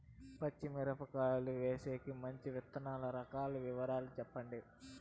పచ్చి మిరపకాయలు వేసేకి మంచి విత్తనాలు రకాల వివరాలు చెప్పండి?